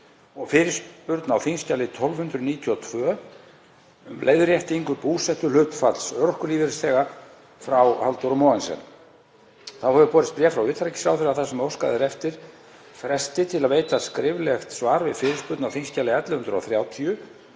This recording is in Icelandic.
og fyrirspurn á þingskjali 1292, um leiðréttingu búsetuhlutfalls örorkulífeyrisþega, frá Halldóru Mogensen. Þá hefur borist bréf frá utanríkisráðherra þar sem óskað er eftir fresti til að veita skriflegt svar við fyrirspurn á þskj. 1130,